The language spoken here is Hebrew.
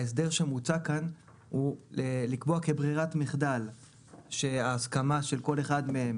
ההסדר שמוצע כאן הוא לקבוע כברירת מחדל שההסכמה של כל אחד מהם